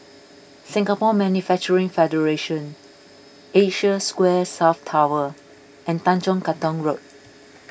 Singapore Manufacturing Federation Asia Square South Tower and Tanjong Katong Road